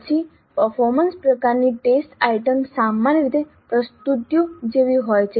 પછી પરફોર્મન્સ પ્રકારની test items સામાન્ય રીતે પ્રસ્તુતિઓ જેવી હોય છે